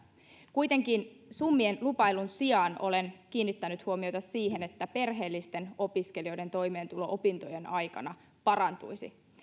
kuitenkin summien lupailun sijaan olen kiinnittänyt huomiota siihen että perheellisten opiskelijoiden toimeentulo opintojen aikana parantuisi